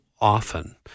often